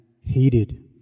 hated